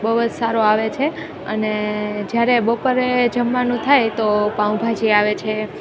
બહુ જ સારો આવે છે અને જ્યારે બપોરે જમવાનું થાય તો પાઉંભાજી આવે છે